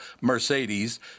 Mercedes